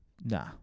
Nah